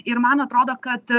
ir man atrodo kad